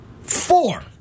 Four